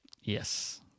Yes